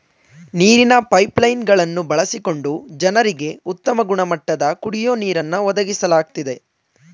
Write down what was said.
ನೀರಿನ pipeline ಗಳನ್ನು ಬಳಸಿಕೊಂಡು ಜನರಿಗೆ ಉತ್ತಮ ಗುಣಮಟ್ಟದ ಕುಡಿಯೋ ನೀರನ್ನು ಒದಗಿಸ್ಲಾಗ್ತದೆ